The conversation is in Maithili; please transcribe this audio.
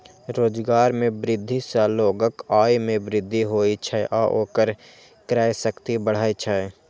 रोजगार मे वृद्धि सं लोगक आय मे वृद्धि होइ छै आ ओकर क्रय शक्ति बढ़ै छै